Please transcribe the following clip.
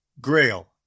GRAIL